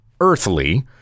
earthly